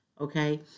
Okay